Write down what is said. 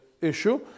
issue